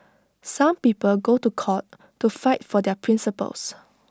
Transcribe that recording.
some people go to court to fight for their principles